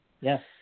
Yes